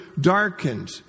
darkened